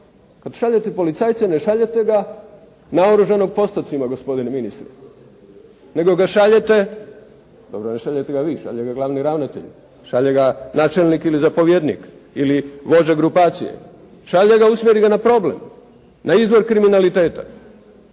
kad šaljete policajca ne šaljete ga naoružanog postocima gospodine ministre, nego ga šaljete, dobro ne šaljete ga vi, šalje ga glavni ravnatelj, šalje ga načelnik ili zapovjednik ili vođa grupacije. Šalje ga, usmjeri ga na problem, na izvor kriminaliteta